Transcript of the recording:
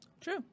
True